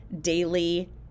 daily